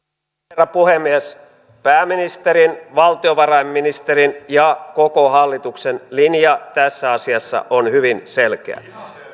herra puhemies pääministerin valtiovarainministerin ja koko hallituksen linja tässä asiassa on hyvin selkeä